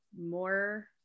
more